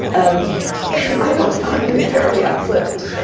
um and i don't find it very uplifting.